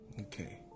okay